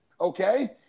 okay